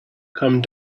come